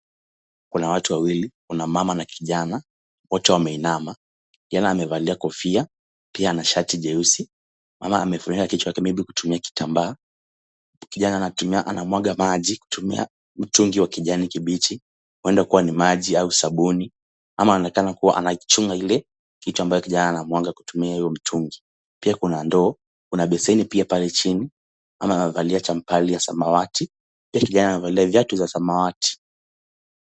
Kuna watu wawili, kuna mama na kijana, wote wameinama. Kijana amevalia kofia pia na shati jeusi. Mama amefunika kichwa yake maybe kutumia kitambaa. Kijana anamwaga maji kutumia mtungi wa kijani kibichi, huenda kuwa ni maji au sabuni. Mama anaonekana kuwa anachunga ile kitu ambayo kijana anamwaga kutumia hiyo mtungi. Pia kuna ndoo, kuna besheni pia pale chini. Mama amevalia champali ya samawati. Pia kijana amevalia viatu za samawati.